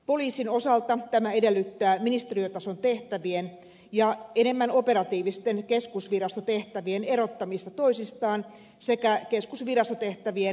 poliisin osalta tämä edellyttää ministeriötason tehtävien ja enemmän operatiivisten keskusvirastotehtävien erottamista toisistaan sekä keskusvirastotehtävien arvioimista uudelleen